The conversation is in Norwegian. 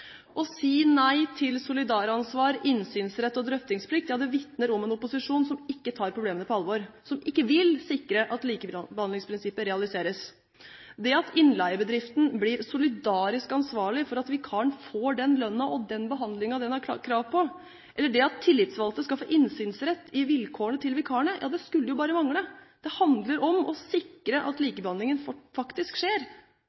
Å si nei til solidaransvar, innsynsrett og drøftingsplikt vitner om en opposisjon som ikke tar problemene på alvor, og som ikke vil sikre at likebehandlingsprinsippet realiseres. At innleiebedriften blir solidarisk ansvarlig for at vikaren får den lønnen og den behandlingen den har krav på, eller at tillitsvalgte skal få innsynsrett i vilkårene til vikarene, det skulle jo bare mangle! Det handler om å sikre at